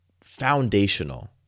foundational